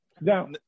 Now